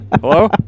Hello